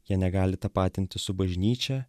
jie negali tapatintis su bažnyčia